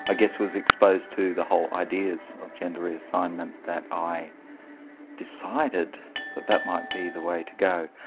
ah guess was exposed to the whole ideas of gender re-assignment that i decided that that might be the way to go.